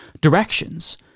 directions